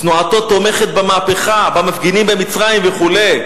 תנועתו תומכת במהפכה, במפגינים במצרים וכו'.